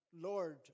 Lord